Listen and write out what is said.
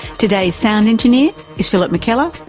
today's sound engineer is philip mckellar,